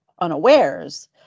unawares